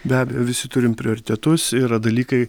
be abejo visi turim prioritetus yra dalykai